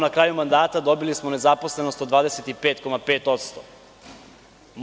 Na kraju mandata dobili smo nezaposlenost od 25,5%